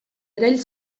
erail